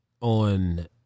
on